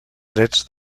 drets